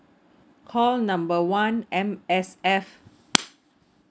call number one M_S_F